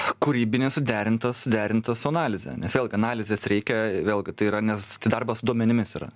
kūrybinė suderinta suderinta su analize nes vėlgi analizės reikia vėlgi tai yra nes tai darbas su duomenimis yra